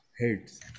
heads